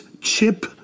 Chip